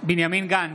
בנימין גנץ,